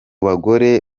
bagore